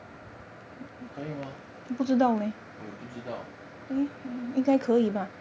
可以吗我也不知道